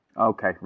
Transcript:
Okay